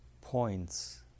points